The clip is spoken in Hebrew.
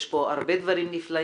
יש פה הרבה דברים נפלאים,